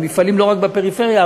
במפעלים לא רק בפריפריה,